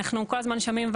אנחנו כל הזמן שומעים,